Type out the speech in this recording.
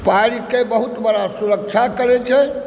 पैरके बहुत बड़ा सुरक्षा करै छै